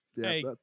Hey